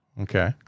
Okay